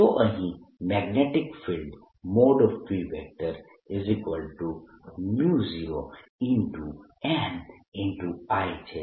તો અહીં magnetic field B0n I છે